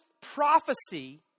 prophecy